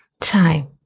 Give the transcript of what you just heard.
time